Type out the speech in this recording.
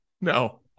no